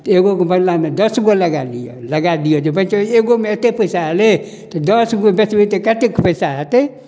तऽ एगोके बदलामे दस गो लगा लिअऽ लगा दिअऽ जे एगोमे एतेक पइसा अएलै तऽ दस गो बेचबै तऽ कतेक पइसा हेतै